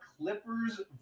Clippers